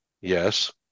Yes